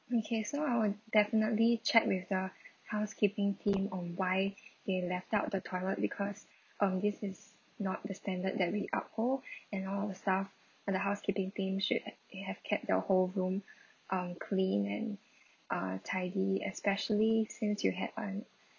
okay so I will definitely check with the housekeeping team on why they left out the toilet because um this is not the standard that we uphold and all the staff and the housekeeping team should ha~ they have kept the whole room um cleaned and uh tidy especially since you had an